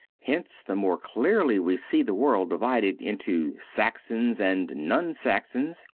hence the more clearly we see the world divided into saxons and non-saxons,